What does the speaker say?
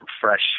fresh